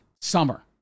summer